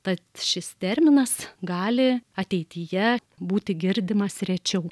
tad šis terminas gali ateityje būti girdimas rečiau